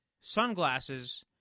sunglasses